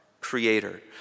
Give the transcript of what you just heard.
creator